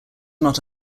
not